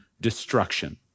destruction